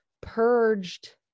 purged